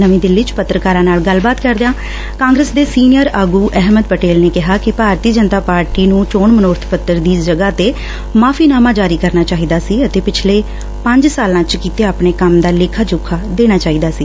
ਨਵੀਂ ਦਿੱਲੀ ਵਿਚ ਪਤਰਕਾਰਾਂ ਨਾਲ ਗੱਲਬਾਤ ਕਰਦਿਆਂ ਕਾਂਗਰਸ ਦੇ ਸੀਨੀਅਰ ਆਗੁ ਅਹਮਦ ਪਟੇਲ ਨੇ ਕਿਹਾ ਕਿ ਭਾਰਤੀ ਜਨਤਾ ਪਾਰਟੀ ਨੂੰ ਚੋਣ ਮਨੋਰਥ ਪੱਤਰ ਦੀ ਜਗ਼ਾਂ ਤੇ ਮਾਫ਼ੀਨਾਮਾ ਜਾਰੀ ਕਰਨਾ ਚਾਹੀਦਾ ਸੀ ਅਤੇ ਪਿਛਲੇ ਪੰਜ ਸਾਲਾਂ ਚ ਕੀਤੇ ਆਪਣੇ ਕੰਮ ਦਾ ਲੇਖਾ ਜੋਖਾ ਦੇਣਾ ਚਾਹੀਦਾ ਸੀ